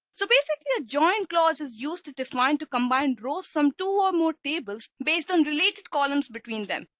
so basically a joint clause is used to define to combine rows from two or more tables based on related columns between them.